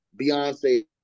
Beyonce